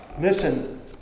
Listen